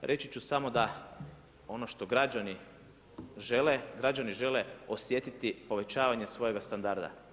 Reći ću samo da ono što građani žele, građani žele osjetiti povećavanje svojega standarda.